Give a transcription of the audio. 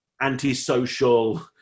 antisocial